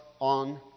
on